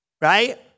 right